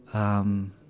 um,